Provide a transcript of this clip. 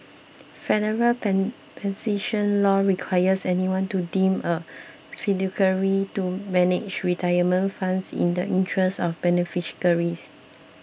federal pen law requires anyone to deemed a fiduciary to manage retirement funds in the interests of